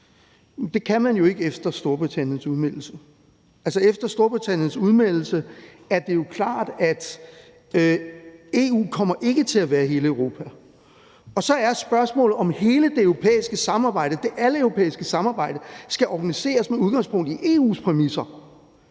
Det kan man ikke efter Storbritanniens udmeldelse. Efter Storbritanniens udmeldelse er det jo klart, at EU ikke kommer til at være hele Europa, og så er spørgsmålet, om hele det europæiske samarbejde skal organiseres med udgangspunkt i EU's præmisser,